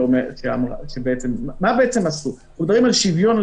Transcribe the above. אנחנו מדברים על שוויון,